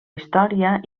història